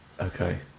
Okay